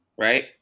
Right